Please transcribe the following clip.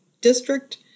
district